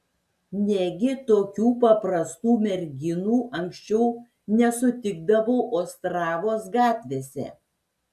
negi tokių paprastų merginų anksčiau nesutikdavau ostravos gatvėse